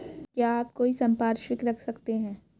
क्या आप कोई संपार्श्विक रख सकते हैं?